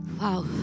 Wow